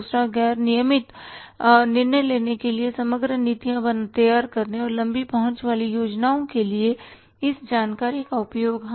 दूसरा गैर नियमित निर्णय लेने और समग्र नीतियाँ तैयार करने और लंबी पहुंच वाली योजनाओं के लिए इस जानकारी का उपयोग